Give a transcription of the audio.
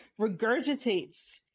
regurgitates